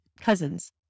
cousins